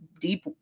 deep